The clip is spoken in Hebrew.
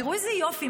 תראו איזה יופי,